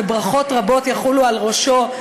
וברכות רבות יחולו על ראשו,